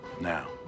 Now